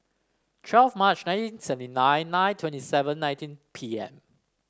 twelve Mar nineteen seventy nine nine twenty seven nineteen pm